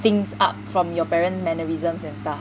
thinks up from your parents mannerisms and stuff